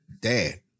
dad